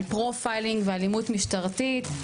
על פרופיילינג ואלימות משטרתית.